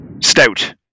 stout